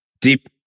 deep